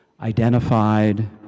identified